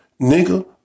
Nigga